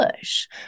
Push